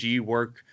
work